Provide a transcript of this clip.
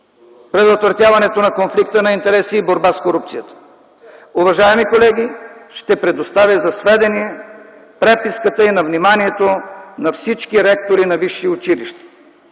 предотвратяване конфликт на интереси и борба с корупцията. Уважаеми колеги, ще предоставя за сведение преписката и на вниманието на всички ректори на висши училища.